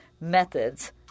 methods